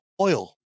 oil